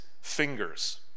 fingers